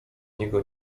niego